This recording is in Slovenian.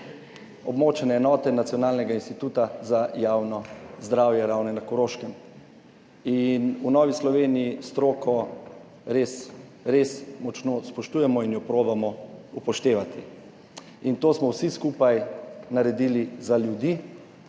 območne enote Nacionalnega instituta za javno zdravje Ravne na Koroškem. In v Novi Sloveniji stroko res res močno spoštujemo in jo probamo upoštevati. In to smo vsi skupaj naredili za ljudi,